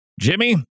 Jimmy